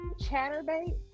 Chatterbait